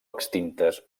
extintes